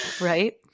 Right